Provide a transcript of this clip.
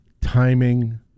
timing